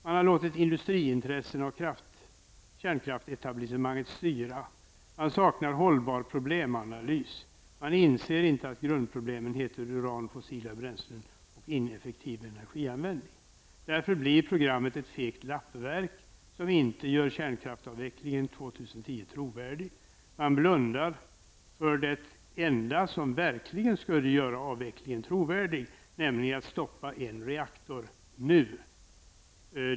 Man har låtit industriintressena och kärnkraftsetablissemanget styra. Man saknar hållbar problemanalys. Man inser inte att grundproblemen heter uran, fossila bränslen och ineffektiv energianvändning. Därför blir programmet ett fegt lappverk, som inte gör kärnkraftsavvecklingen år 2010 trovärdig. Man blundar för det enda som verkligen skulle göra avvecklingen trovärdig, nämligen att stoppa en reaktor nu.